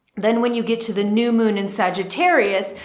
then when you get to the new moon in sagittarius,